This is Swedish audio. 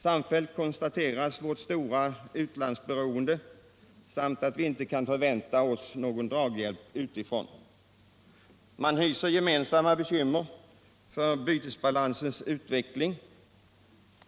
Samfällt konstateras vårt stora utlandsberoende samt att vi inte kan vänta oss någon draghjälp utifrån. Man hyser gemensamma bekymmer för bytesbalansens utveckling.